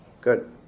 Good